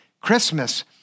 Christmas